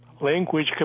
language